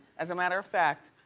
as a matter of fact.